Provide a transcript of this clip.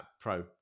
Pro